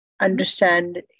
understand